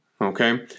Okay